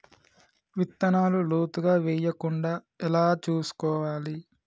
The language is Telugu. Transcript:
విత్తనాలు లోతుగా వెయ్యకుండా ఎలా చూసుకోవాలి?